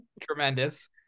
tremendous